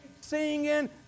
singing